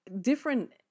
different